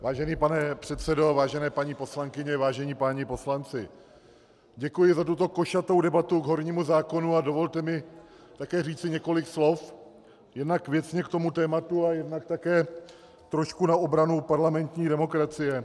Vážený pane předsedo, vážené paní poslankyně, vážení páni poslanci, děkuji za tuto košatou debatu k hornímu zákonu a dovolte mi také říci několik slov jednak věcně k tomu tématu, ale jednak také trošku na obranu parlamentní demokracie.